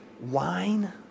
wine